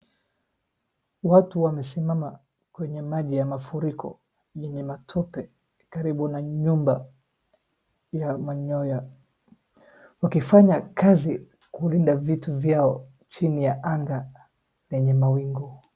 Watu wamesimama kwenye maji ya mafuriko yenye matope karibu na nyumba ya manyoya, wakifanya kazi kulinda vitu vyao chini ya anga yenye mawingu.